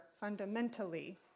fundamentally